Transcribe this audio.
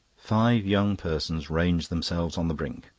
five young persons ranged themselves on the brink.